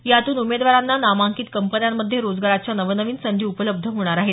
यातून उमेदवारांना नामांकित कंपन्यांमध्ये रोजगाराच्या नवनवीन संधी उपलब्ध होणार आहेत